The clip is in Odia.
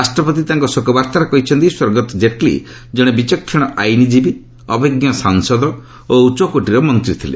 ରାଷ୍ଟ୍ରପତି ତାଙ୍କ ଶୋକବାର୍ତ୍ତାରେ କହିଛନ୍ତି ସ୍ୱର୍ଗତ୍ ଜେଟ୍ଲୀ ଜଣେ ବିଚକ୍ଷଣ ଆଇନଜୀବୀ ଅଭିଜ୍ଞ ସାଂସଦ ଓ ଉଚ୍ଚକୋଟୀର ମନ୍ତ୍ରୀ ଥିଲେ